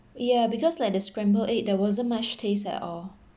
yeah because like the scrambled egg there wasn't much taste at all